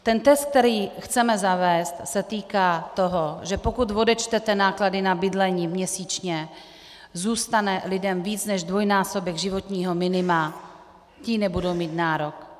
Ten test, který chceme zavést, se týká toho, že pokud odečtete náklady na bydlení měsíčně, zůstane lidem víc než dvojnásobek životního minima, ti nebudou mít nárok.